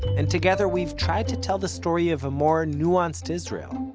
and together we've tried to tell the story of a more nuanced israel.